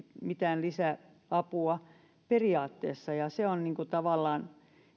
mitään lisäapua periaatteessa se on tavallaan